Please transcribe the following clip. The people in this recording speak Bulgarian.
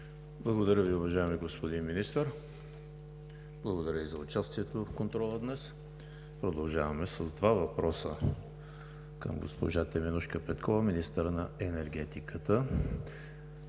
Благодаря Ви, уважаеми господин Министър. Благодаря и за участието в контрола днес. Продължаваме с два въпроса към госпожа Теменужка Петкова – министър на енергетиката.